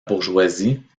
bourgeoisie